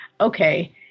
okay